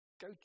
Go